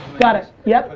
got it. yep